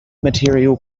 material